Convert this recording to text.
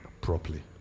properly